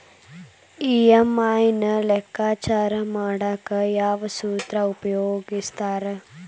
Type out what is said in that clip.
EMI ನ ಲೆಕ್ಕಾಚಾರ ಮಾಡಕ ಯಾವ್ ಸೂತ್ರ ಉಪಯೋಗಿಸ್ತಾರ